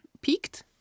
peaked